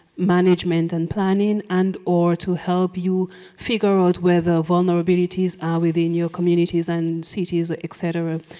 management and planning and or to help you figure out whether vulnerabilities are within your communities and cities, ah et cetera.